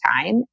time